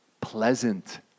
pleasant